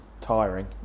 tiring